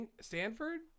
Stanford